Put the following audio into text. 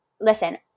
listen